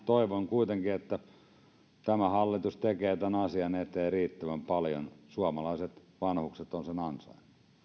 toivon kuitenkin että tämä hallitus tekee tämän asian eteen riittävän paljon suomalaiset vanhukset ovat sen